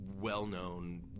well-known